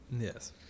Yes